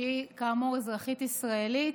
שהיא כאמור אזרחית ישראלית.